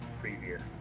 previous